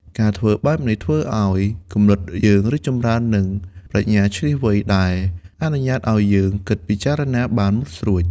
ការធ្វើបែបនេះធ្វើឱ្យ គំនិតយើងរីកចម្រើន និង ប្រាជ្ញាឈ្លាសវៃ ដែលអនុញ្ញាតឱ្យយើង គិតពិចារណាបានមុតស្រួច។